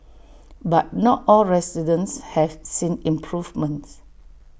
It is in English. but not all residents have seen improvements